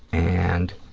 and